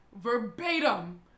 Verbatim